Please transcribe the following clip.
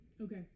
Okay